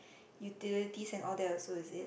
utilities and all that also is it